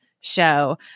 show